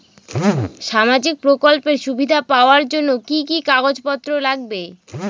সামাজিক প্রকল্পের সুবিধা পাওয়ার জন্য কি কি কাগজ পত্র লাগবে?